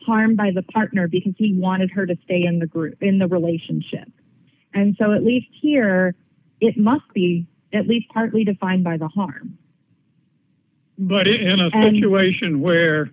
harm by the partner because he wanted her to stay in the group in the relationship and so it leaves here it must be at least partly defined by the heart but